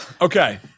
Okay